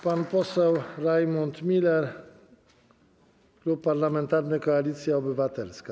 Pan poseł Rajmund Miller, Klub Parlamentarny Koalicja Obywatelska.